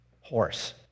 horse